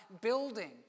building